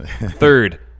Third